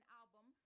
album